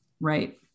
Right